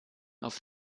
auf